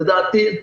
לדעתי,